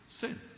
sin